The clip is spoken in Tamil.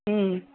ம்ம்